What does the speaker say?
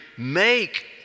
Make